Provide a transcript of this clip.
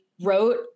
wrote